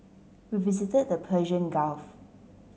we visited the Persian Gulf